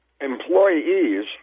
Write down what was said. employees